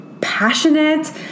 passionate